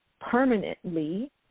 permanently